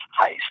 Heist